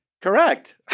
Correct